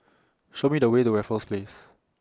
Show Me The Way to Raffles Place